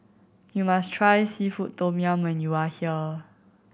you must try seafood tom yum when you are here